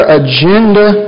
agenda